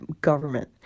government